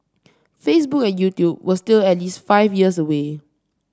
Facebook and YouTube were still at least five years away